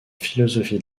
philosophie